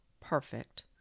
perfect